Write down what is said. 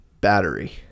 battery